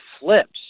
flips